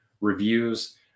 reviews